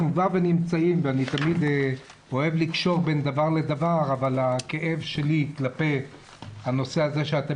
אני תמיד אוהב לקשור בין דבר לדבר אבל הכאב שלי כלפי הנושא שאתם